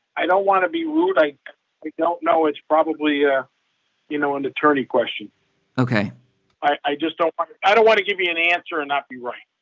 i don't want to be rude. i i don't know. it's probably, yeah you know, an attorney question ok i just don't want to i don't want to give you an answer and not be right.